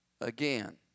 again